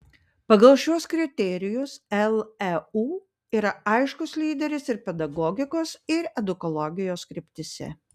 pagal šiuos kriterijus leu yra aiškus lyderis ir pedagogikos ir edukologijos kryptyse